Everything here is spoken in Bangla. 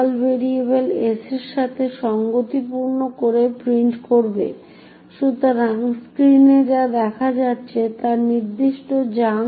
সুতরাং মনে রাখবেন এখানে আমরা প্রথম ডেটা পাব যা 0804a040 এবং তারপর এটি সরাসরি ষষ্ঠ এন্ট্রিতে বা ষষ্ঠ যুক্তি এবং কারণ এটি একটি টপ সিক্রেট ম্যাসেজ যা স্ক্রীনে প্রিন্ট হবে ধন্যবাদ